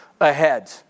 ahead